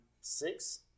six